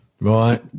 Right